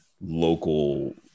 local